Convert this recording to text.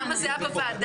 למה זה היה בוועדה?